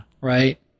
Right